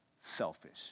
selfish